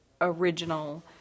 original